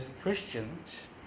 Christians